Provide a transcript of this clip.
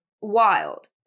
Wild